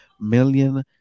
million